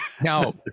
now